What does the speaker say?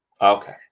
Okay